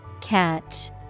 Catch